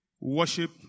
worship